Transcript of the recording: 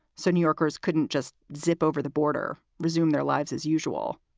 so new yorkers couldn't just zip over the border, resume their lives as usual.